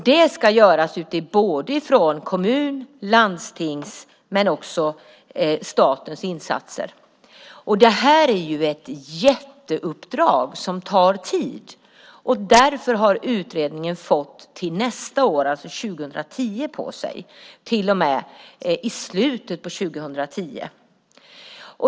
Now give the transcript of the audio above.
Det ska göras med utgångspunkt i både kommun och landstingsinsatser och statens insatser. Det här är ett jätteuppdrag som tar tid. Därför har utredningen fått tid fram till 2010 på sig, till och med i slutet av 2010.